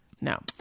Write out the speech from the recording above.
No